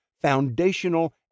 foundational